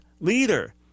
leader